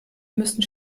müssen